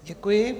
Děkuji.